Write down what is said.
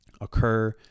occur